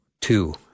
two